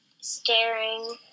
staring